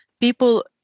people